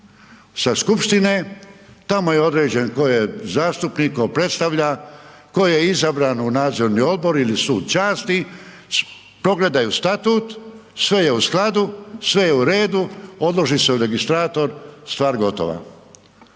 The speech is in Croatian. sa skupštine, tamo je određen ko je zastupnik, ko predstavlja, ko je izabran u nadzorni odbor ili sud časti, pogledaju status, sve je u skladu, sve je u redu, odloži se u registrator, stvar gotova.